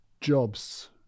jobs